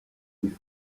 with